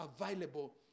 available